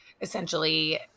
essentially